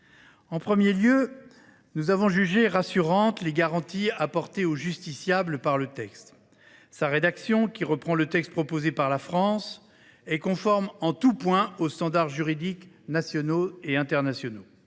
la commission a jugé rassurantes les garanties apportées aux justiciables par le texte. Sa rédaction, qui reprend le texte proposé par la France, est conforme en tous points aux standards juridiques nationaux et internationaux.